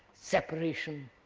separation,